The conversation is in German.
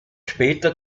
später